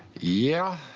yeah,